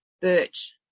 birch